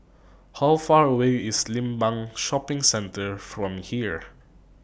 How Far away IS Limbang Shopping Centre from here